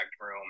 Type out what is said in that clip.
room